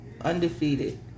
undefeated